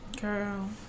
girl